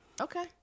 Okay